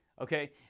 Okay